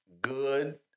good